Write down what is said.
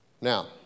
Now